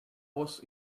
was